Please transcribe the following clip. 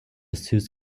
suez